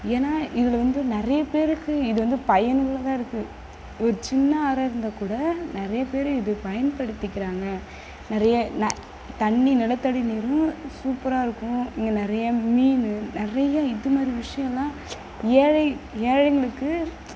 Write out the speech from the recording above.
ஏன்னா இதில் வந்து நிறைய பேருக்கு இது வந்து பயனுள்ளதாக இருக்குது ஒரு சின்ன ஆறாக இருந்தால் கூட நிறைய பேர் இது பயன்படுத்திக்கிறாங்க நிறையா நெ தண்ணி நிலத்தடி நீரும் சூப்பரா இருக்கும் இங்கே நிறையா மீனு நிறைய இதுமாதிரி விஷயம்லாம் ஏழை ஏழைங்களுக்கு